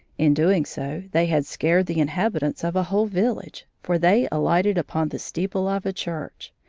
in doing so they had scared the inhabitants of a whole village, for they alighted upon the steeple of a church,